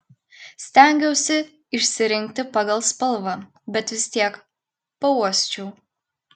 stengiausi išsirinkti pagal spalvą bet vis tiek pauosčiau